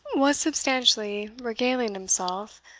was substantially regaling himself,